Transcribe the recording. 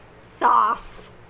sauce